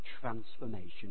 transformation